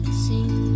sing